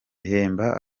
ihemba